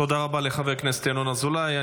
תודה רבה לחבר הכנסת ינון אזולאי.